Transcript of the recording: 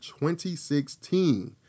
2016